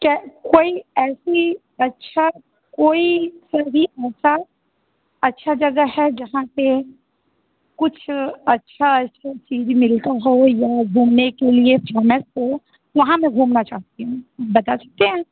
क्या कोई ऐसी अच्छा कोई सही ऐसा अच्छी जगह है जहाँ पर कुछ अच्छी ऐसी चीज़ मिले तो हो या घूमने के लिए फेमस हो वहाँ मैं घूमना चाहती हूँ बता सकते हैं